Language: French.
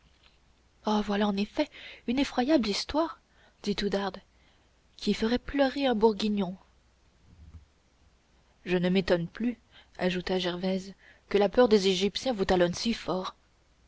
voilà en effet une effroyable histoire dit oudarde et qui ferait pleurer un bourguignon je ne m'étonne plus ajouta gervaise que la peur des égyptiens vous talonne si fort